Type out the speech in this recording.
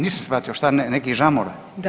Nisam shvatio, šta neki žamor?